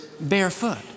barefoot